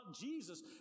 Jesus